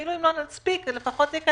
אפילו אם לא נספיק, זה לפחות יכנס